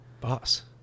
Boss